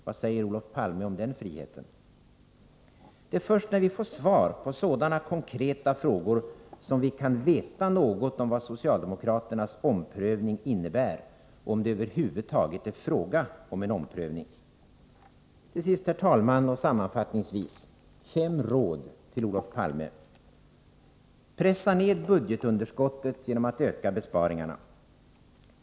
Vad säger Olof Palme om den friheten? Det är först när vi får svar på sådana här konkreta frågor som vi kan veta något om vad socialdemokraternas omprövning innebär och om det över huvud taget är fråga om en omprövning. Till sist, herr talman, vill jag sammanfattningsvis ge fem råd till Olof Palme: Pressa ned budgetunderskottet genom att öka besparingarna!